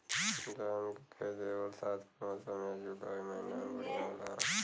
धान के खेती बरसात के मौसम या जुलाई महीना में बढ़ियां होला?